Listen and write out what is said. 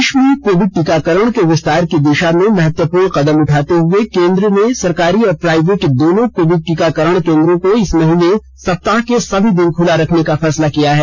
देश में कोविड टीकाकरण के विस्तार की दिशा में महत्वपूर्ण कदम उठाते हुए केन्द्र ने सरकारी और प्राइवेट दोनों कोविड टीकाकरण केंदों को इस महीने सप्ताह के समी दिन खुला रखने का फैसला किया है